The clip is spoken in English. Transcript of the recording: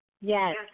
Yes